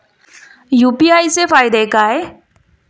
UPI चे फायदे काय?